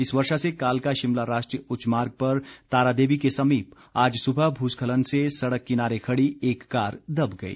इस वर्षा से कालका शिमला राष्ट्रीय उच्च मार्ग पर तारादेवी के समीप आज सुबह भू स्खलन से सड़क किनारे खड़ी एक कार दब गई